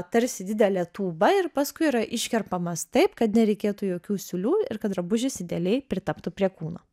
tarsi didelė tūba ir paskui yra iškerpamas taip kad nereikėtų jokių siūlių ir kad drabužis idealiai pritaptų prie kūno